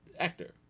Actor